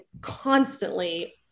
constantly